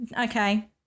okay